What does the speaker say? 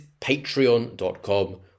patreon.com